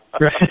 right